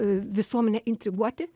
visuomenę intriguoti